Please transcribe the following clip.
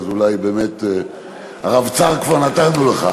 ואז אולי באמת רבצ"ר כבר נתנו לך.